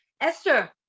esther